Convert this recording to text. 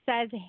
says